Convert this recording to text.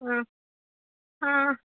ಹಾಂ ಹಾಂ